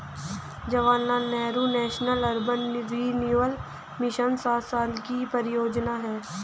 Jawaharlal Nehru National Urban Renewal Mission सात साल की परियोजना है